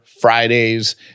Friday's